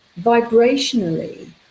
vibrationally